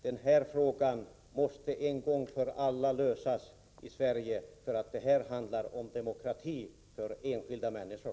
Den här frågan måste en gång för alla lösas i Sverige. Detta handlar om demokrati för enskilda människor.